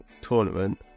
tournament